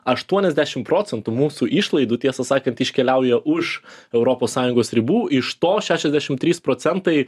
aštuoniasdešimt procentų mūsų išlaidų tiesą sakant iškeliauja už europos sąjungos ribų iš to šešiasdešimt trys procentai